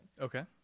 Okay